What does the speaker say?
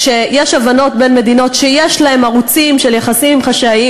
כשיש הבנות בין מדינות שיש להן ערוצים של יחסים חשאיים,